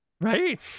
right